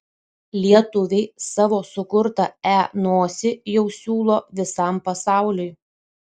lietuviai savo sukurtą e nosį jau siūlo visam pasauliui